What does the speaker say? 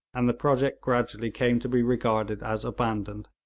and the project gradually came to be regarded as abandoned.